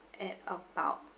at about